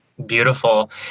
Beautiful